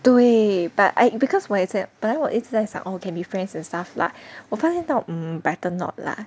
对 but I because 我也是 but then 我一直在想 oh can be friends and stuff lah 我发现到 um better not lah